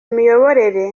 miyoborere